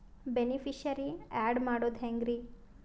Beneficiary, add ಮಾಡೋದು ಹೆಂಗ್ರಿ?